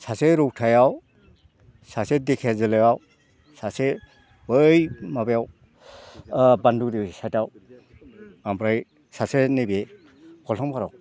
सासे रौतायाव सासे धेकियाजुलियाव सासे बै माबायाव बान्दुगुरि साइडआव ओमफ्राय सासे नैबे खल्थंपारायाव